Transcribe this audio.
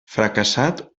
fracassat